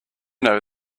know